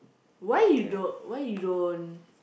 why you don't why you don't